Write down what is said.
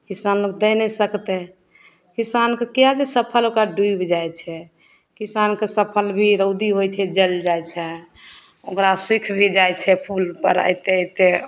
किसान लोक दै नहि सकतै किसानके किएक जे फसिल ओकर डुबि जाइ छै किसानके फसिल भी रौदी होइ छै जलि जाइ छै ओकरा सुखि भी जाइ छै फूलपर अएते अएते